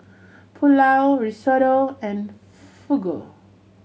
Pulao Risotto and Fugu